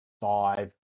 five